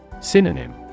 Synonym